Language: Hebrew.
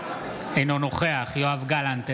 אינו נוכח יואב גלנט,